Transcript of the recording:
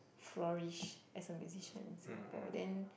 flourish as a musician in Singapore then